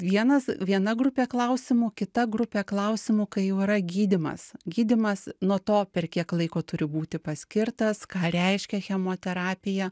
vienas viena grupė klausimų kita grupė klausimų kai jau yra gydymas gydymas nuo to per kiek laiko turi būti paskirtas ką reiškia chemoterapija